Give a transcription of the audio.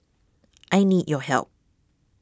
I need your help